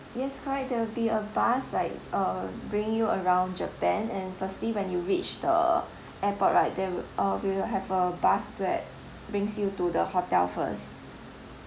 yes correct there will be a bus like uh bring you around japan and firstly when you reach the airport right there will uh we will have a bus that brings you to the hotel first